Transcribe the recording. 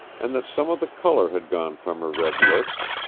and that some of the color had gone from her red lips,